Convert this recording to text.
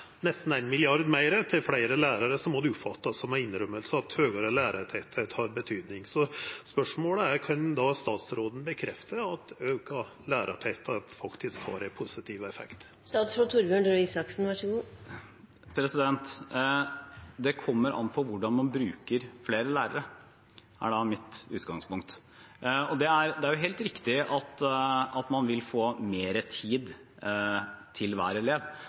nesten 1 mrd. kr meir til fleire lærarar, må det oppfattast som ei innrømming av at høgare lærartettleik har betydning. Spørsmålet er: Kan statsråden bekrefta at auka lærartettleik faktisk har ein positiv effekt? Det kommer an på hvordan man bruker flere lærere, og det er mitt utgangspunkt. Det er helt riktig at man vil få mer tid til hver elev